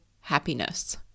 happiness